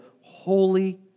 holy